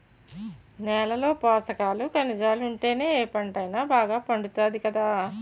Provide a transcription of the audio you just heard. నేలలో పోసకాలు, కనిజాలుంటేనే ఏ పంటైనా బాగా పండుతాది కదా